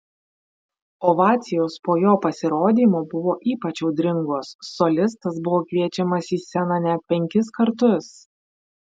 ovacijos po jo pasirodymo buvo ypač audringos solistas buvo kviečiamas į sceną net penkis kartus